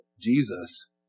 Jesus